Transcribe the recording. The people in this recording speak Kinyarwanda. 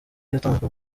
yatanzwe